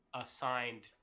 assigned